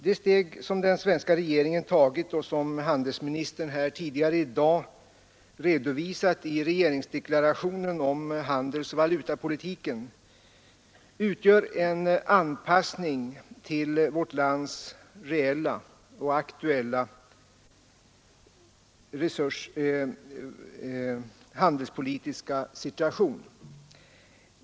Det steg som den svenska regeringen tagit och som handelsministern här tidigare i dag redovisat i regeringsdeklarationen om handelsoch valutapolitiken utgör en anpassning till vårt lands reella och aktuella handelspolitiska situation.